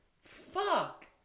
Fuck